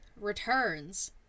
returns